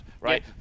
right